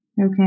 Okay